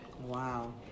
Wow